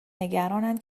نگرانند